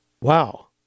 wow